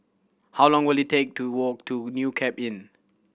how long will it take to walk to New Cape Inn